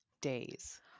days